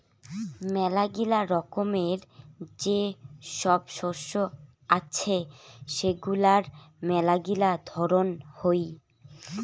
মেলাগিলা রকমের যে সব শস্য আছে সেগুলার মেলাগিলা ধরন হই